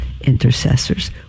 intercessors